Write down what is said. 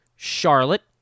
Charlotte